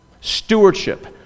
Stewardship